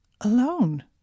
alone